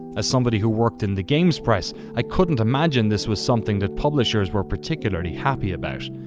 as somebody who worked in the games press, i couldn't imagine this was something that publishers were particularly happy about.